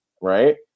right